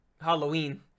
Halloween